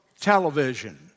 television